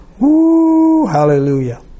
Hallelujah